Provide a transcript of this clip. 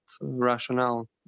rationale